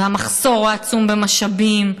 והמחסור העצום במשאבים,